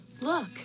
Look